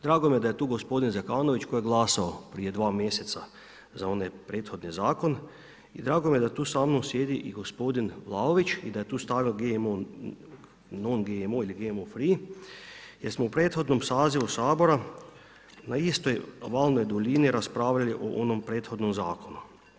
Drago mi je da je tu gospodin Zekanović koje je glasova prije dva mjeseca za onaj prethodni Zakon i drago mi je da tu sa mnom sjedi i gospodin Vlaović i da je tu stavio non-GMO ili GMO free jer smo u prethodnom sazivu Sabora na istoj valnoj duljini raspravljali o onom prethodnom Zakonu.